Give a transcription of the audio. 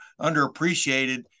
underappreciated